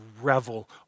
revel